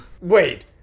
Wait